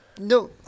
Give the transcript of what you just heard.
No